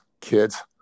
kids